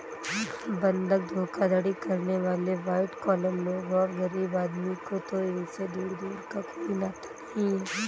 बंधक धोखाधड़ी करने वाले वाइट कॉलर लोग हैं गरीब आदमी का तो इनसे दूर दूर का कोई नाता नहीं है